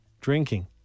drinking